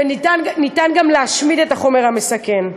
וגם להשמיד את החומר המסכן.